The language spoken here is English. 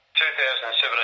2017